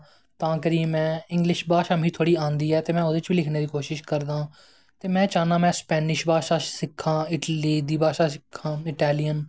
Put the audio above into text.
तां करियै इंगलिश भाशा मिगी औंदी ऐ ते में ओह्दे च बी लिखने दी कोशश करदा आं ते में चाह्नां कि में स्पैनिश भाशा सिक्खां इटली दी भाशा सिक्खां इटैलियन